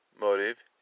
motive